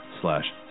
slash